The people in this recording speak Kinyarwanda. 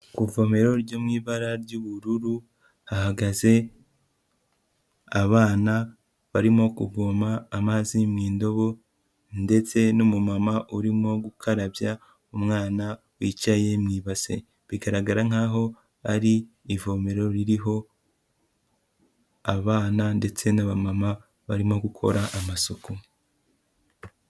Kuvomero ryo mu ibara ry'ubururu hahagaze abana barimo kuvoma amazi mu ndobo, ndetse n'umu mama urimo gukarabya umwana wicaye mu ibase, bigaragara nkaho ari ivomero ririho abana ndetse n'aba mama barimo gukora amasuku.